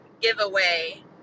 giveaway